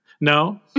No